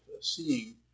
seeing